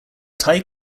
tie